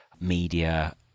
media